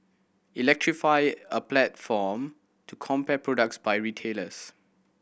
electrify a platform to compare products by retailers